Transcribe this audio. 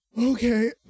Okay